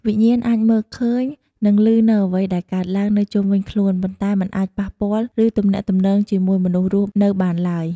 វិញ្ញាណអាចមើលឃើញ និងឮនូវអ្វីដែលកើតឡើងនៅជុំវិញខ្លួន ប៉ុន្តែមិនអាចប៉ះពាល់ ឬទំនាក់ទំនងជាមួយមនុស្សរស់នៅបានឡើយ។